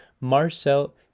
Marcel